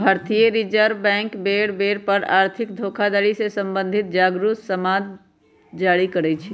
भारतीय reserve bank बेर बेर पर आर्थिक धोखाधड़ी से सम्बंधित जागरू समाद जारी करइ छै